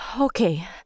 Okay